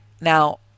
now